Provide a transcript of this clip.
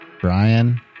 Brian